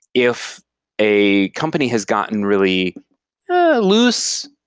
if a company has gotten really loose,